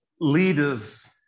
leaders